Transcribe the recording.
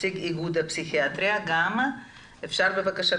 היה אמור להיות בזום אבל הוא לא